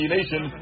Nation